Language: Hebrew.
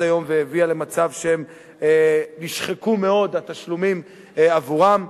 היום והביאה למצב שנשחקו מאוד התשלומים עבורם.